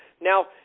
Now